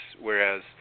whereas